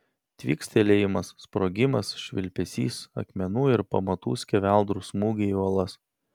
tvykstelėjimas sprogimas švilpesys akmenų ir pamatų skeveldrų smūgiai į uolas